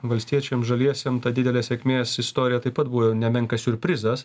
valstiečiam žaliesiem ta didelė sėkmės istorija taip pat buvo jau nemenkas siurprizas